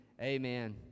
Amen